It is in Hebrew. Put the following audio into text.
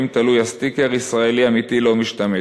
תלוי הסטיקר: "ישראלי אמיתי לא משתמט".